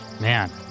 Man